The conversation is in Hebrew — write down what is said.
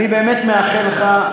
אני באמת מאחל לך,